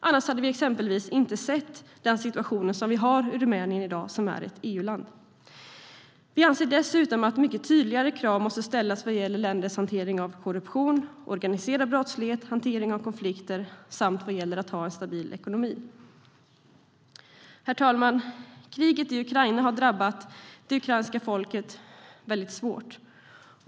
Annars hade vi exempelvis inte sett den situation som vi i dag har i Rumänien, som är ett EU-land. Vi anser dessutom att mycket tydligare krav måste ställas vad gäller länders hantering av korruption, organiserad brottslighet, hantering av konflikter samt att de ska ha en stabil ekonomi. Herr talman! Kriget i Ukraina har drabbat det ukrainska folket väldigt svårt.